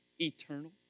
eternal